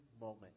moment